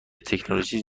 تکنولوژی